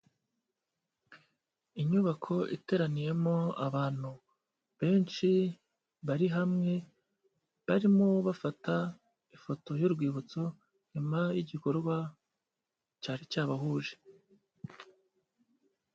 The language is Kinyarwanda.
Inyubako iteraniyemo abantu benshi, bari hamwe barimo bafata ifoto y'urwibutso, nyuma y'igikorwa cyari cyabahuje.